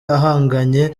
ahanganye